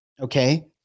Okay